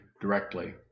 directly